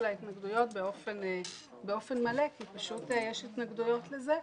ההתנגדויות באופן מלא כי יש התנגדויות לזה,